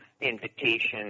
invitation